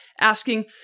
asking